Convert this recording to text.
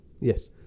Yes